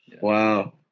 Wow